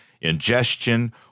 ingestion